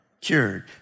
cured